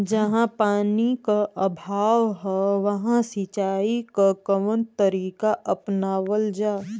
जहाँ पानी क अभाव ह वहां सिंचाई क कवन तरीका अपनावल जा?